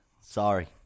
Sorry